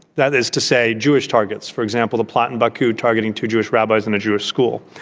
that is to say, jewish targets, for example, a plot in baku targeting two jewish rabbis in a jewish school.